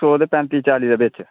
इक सौ ते पैंत्ती चाली दे बिच